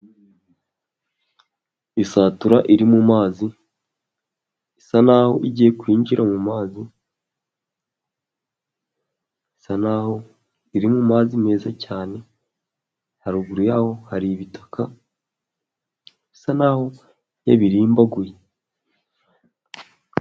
Isatura iri mu mazi isa n'aho igiye kwinjira mu mazi, isa n'aho iri mu mazi meza cyane , haruguru y'aho hari ibitaka bisa naho yabirimbaguye.